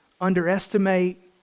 underestimate